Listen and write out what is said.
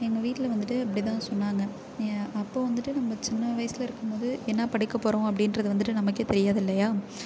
எங்கள் வீட்டில் வந்துட்டு இப்படிதான் சொன்னாங்க என் அப்பா வந்துட்டு ரொம்ப சின்ன வயதில் இருக்கும் போது என்ன படிக்கப் போகிறோம் அப்படின்றது வந்துட்டு நமக்கே தெரியாது இல்லையா